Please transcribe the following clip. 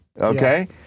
okay